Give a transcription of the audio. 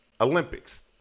Olympics